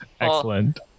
Excellent